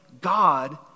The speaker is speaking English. God